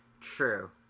true